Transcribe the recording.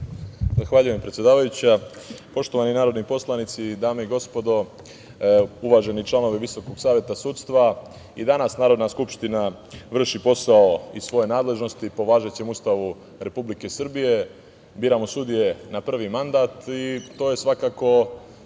Zahvaljujem, predsedavajuća. Poštovani narodni poslanici, dame i gospodo, uvaženi članovi Visokog saveta sudstva, i danas Narodna skupština vrši posao iz svoje nadležnosti po važećem Ustavu Republike Srbije, biramo sudije na prvi mandat. Svakako,